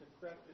correct